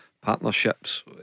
partnerships